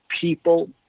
people